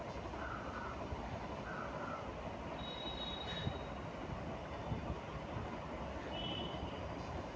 ग्रामीण कौशल्या योजना रो उद्देश्य पन्द्रह से पैंतीस वर्ष के युवक सनी के वास्ते छै